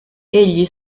egli